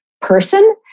person